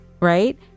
right